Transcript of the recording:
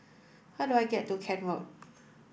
how do I get to Kent Road